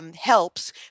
Helps